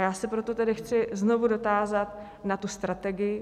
Já se proto tedy chci znovu dotázat na tu strategii.